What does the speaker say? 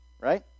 right